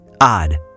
odd